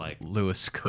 Lewis